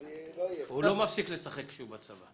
מפסיק לשחק כשהוא בצבא.